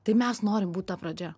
tai mes norim būt ta pradžia